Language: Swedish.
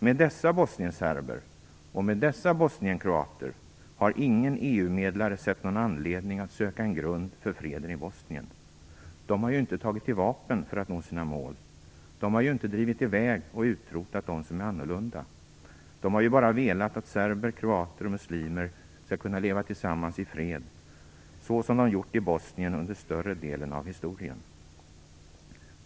Med dessa bosnienserber och med dessa bosnienkroater har ingen EU-medlare sett någon anledning att söka en grund för freden i Bosnien. De har ju inte tagit till vapen för att nå sina mål. De har ju inte drivit i väg och utrotat dem som är annorlunda. De har ju bara velat att serber, kroater och muslimer skall kunna leva tillsammans i fred, så som de gjort i Bosnien under större delen av historien.